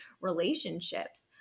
relationships